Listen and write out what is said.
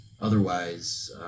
Otherwise